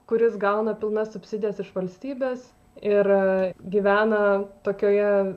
kuris gauna pilnas subsidijas iš valstybės ir gyvena tokioje